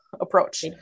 approach